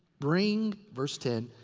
bring verse ten,